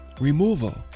removal